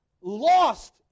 lost